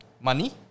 money